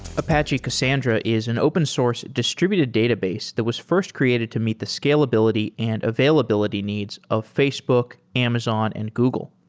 apache cassandra is an open source distributed database that was first created to meet the scalability and availability needs of facebook, amazon and google.